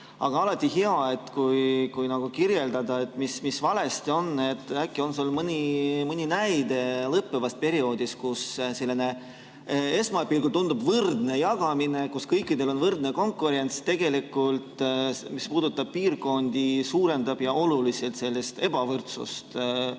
aga alati on hea kirjeldada, mis valesti on. Äkki on sul mõni näide lõppevast perioodist, kus esmapilgul tundub võrdne jagamine, kus kõikidel on võrdne konkurents, aga tegelikult, mis puudutab piirkondi, suurendab see oluliselt ebavõrdsust